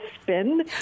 Spin